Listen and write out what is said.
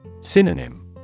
Synonym